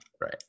right